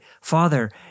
Father